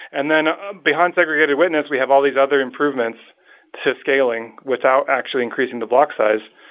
and then behind segregated witness, we have all these other improvements to scaling without actually increasing the block size.